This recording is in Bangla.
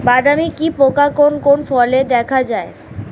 বাদামি কি পোকা কোন কোন ফলে দেখা যায়?